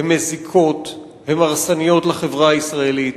הם מזיקים, הם הרסניים לחברה הישראלית.